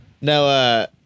No